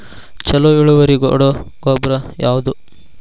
ಛಲೋ ಇಳುವರಿ ಕೊಡೊ ಗೊಬ್ಬರ ಯಾವ್ದ್?